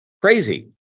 crazy